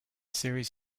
series